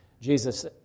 Jesus